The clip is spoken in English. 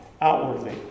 outwardly